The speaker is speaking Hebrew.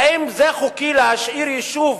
האם זה חוקי להשאיר יישוב